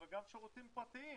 אבל גם שירותים פרטיים,